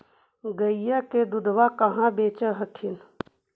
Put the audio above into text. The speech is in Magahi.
गईया के दूधबा कहा बेच हखिन?